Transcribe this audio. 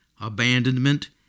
abandonment